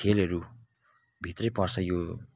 खेलहरूभित्रै पर्छ यो